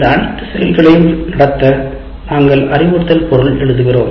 இந்த அனைத்து செயல்களையும் நடத்த நாங்கள் அறிவுறுத்தல் பொருள் எழுதுகிறோம்